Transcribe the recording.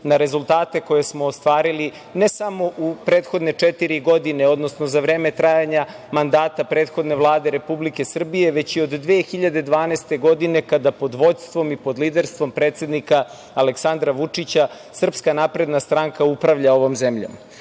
na rezultate koje smo ostvarili ne samo u prethodne četiri godine, odnosno za vreme trajanja mandata prethodne Vlade Republike Srbije, već i od 2012. godine kada pod vođstvom i pod liderstvom predsednika Aleksandra Vučića SNS upravlja ovom zemljom. Šest